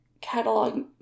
catalog